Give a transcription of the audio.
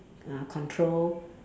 uh control